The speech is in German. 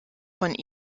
von